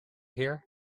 here